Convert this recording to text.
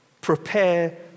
prepare